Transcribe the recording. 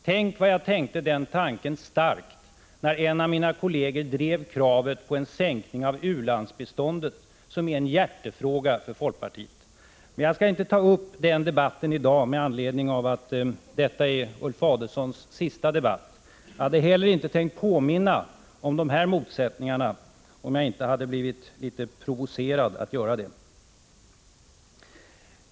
Tänk vad jag tänkte den tanken starkt när en av mina kolleger drev kravet på en sänkning av u-landsbiståndet, detta bistånd som är en hjärtefråga för folkpartiet! Men jag skall inte ta upp den debatten i dag, eftersom detta är Ulf Adelsohns sista debatt. Jag hade heller inte tänkt påminna om dessa motsättningar om jag inte hade blivit litet provocerad att göra det.